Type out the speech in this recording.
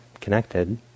connected